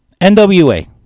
NWA